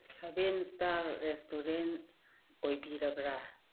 seven star restaurant ꯑꯣꯏꯕꯤꯔꯕ꯭ꯔꯥ